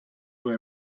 were